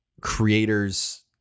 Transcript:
creators